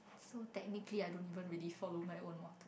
so technically I don't even really follow my own one